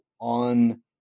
on